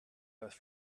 earth